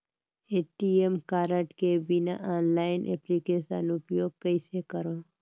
ATM card के बिना online application उपयोग कइसे करो?